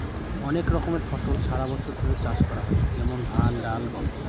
অনেক রকমের ফসল সারা বছর ধরে চাষ করা হয় যেমন ধান, ডাল, গম